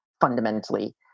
fundamentally